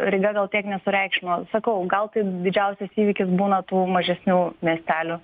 ryga gal tiek nesureikšmino sakau gal tai didžiausias įvykis būna tų mažesnių miestelių